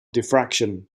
diffraction